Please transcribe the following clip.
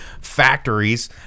factories